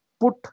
put